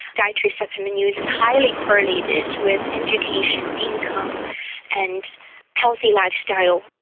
dietary supplement use is highly correlated with education, income and healthy lifestyle.